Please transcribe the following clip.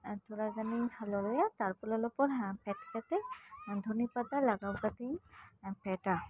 ᱟᱨ ᱛᱷᱚᱲᱟ ᱜᱟᱱ ᱤᱧ ᱞᱚᱞᱚᱭᱟ ᱛᱟᱯᱚᱨ ᱞᱚᱞᱚᱯᱚᱨ ᱯᱷᱮᱰ ᱠᱟᱛᱮᱫ ᱫᱷᱚᱱᱮ ᱯᱟᱛᱟ ᱞᱟᱜᱟᱣ ᱠᱟᱛᱮᱫ ᱤᱧ ᱯᱷᱮᱴᱟ